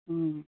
ও